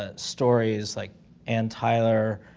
ah stories, like anne tyler,